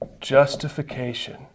Justification